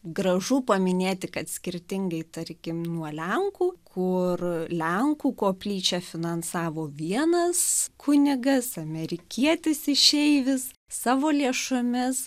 gražu paminėti kad skirtingai tarkim nuo lenkų kur lenkų koplyčią finansavo vienas kunigas amerikietis išeivis savo lėšomis